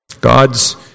God's